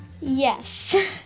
Yes